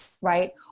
right